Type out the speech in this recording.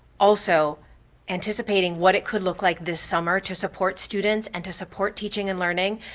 also anticipating what it could look like this summer to support students and to support teaching and learning,